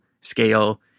scale